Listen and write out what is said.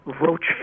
roach